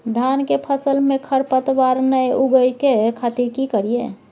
धान के फसल में खरपतवार नय उगय के खातिर की करियै?